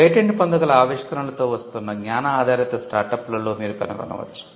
patent పొందగల ఆవిష్కరణలతో వస్తున్న జ్ఞాన ఆధారిత స్టార్టప్లలో మీరు కనుగొనవచ్చు